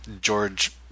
George